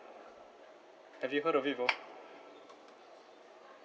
have you heard of it before